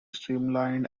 streamlined